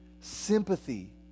sympathy